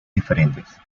diferentes